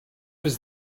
was